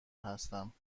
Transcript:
هستم